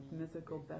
mythical